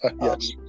Yes